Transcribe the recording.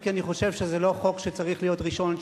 אם כי אני חושב שזה לא חוק שצריך להיות ראשון,